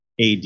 AD